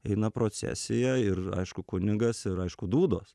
eina procesija ir aišku kunigas ir aišku dūdos